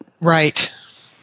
Right